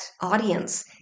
audience